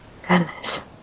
Goodness